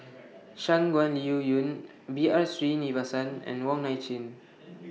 Shangguan Liuyun B R Sreenivasan and Wong Nai Chin